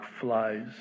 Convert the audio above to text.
flies